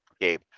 Gabe